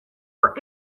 were